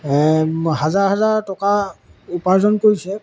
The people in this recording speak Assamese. হাজাৰ হাজাৰ টকা উপাৰ্জন কৰিছে